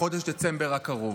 בחודש דצמבר הקרוב.